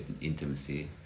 intimacy